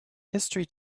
history